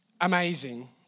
amazing